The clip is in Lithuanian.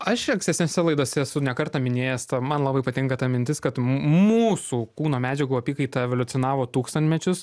aš ankstesnėse laidose esu ne kartą minėjęs tą man labai patinka ta mintis kad mūsų kūno medžiagų apykaita evoliucionavo tūkstantmečius